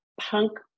punk